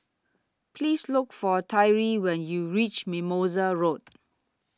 Please Look For Tyree when YOU REACH Mimosa Road